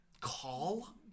call